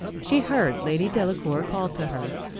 she heard lady delacour call to her.